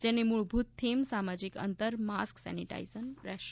જેની મૂળભૂત થીમ સામાજિક અંતર માસ્ક સેનિટાઇઝેશન રહેશે